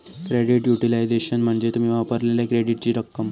credit utilisation म्हणजे तुम्ही वापरलेल्यो क्रेडिटची रक्कम